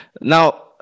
now